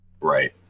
Right